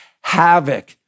havoc